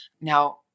Now